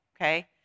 okay